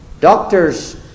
doctors